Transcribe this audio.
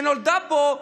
שנולדה פה,